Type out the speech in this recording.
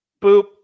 Boop